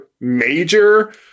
major